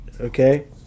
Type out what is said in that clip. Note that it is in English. okay